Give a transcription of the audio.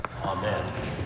amen